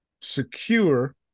secure